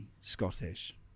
Scottish